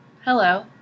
hello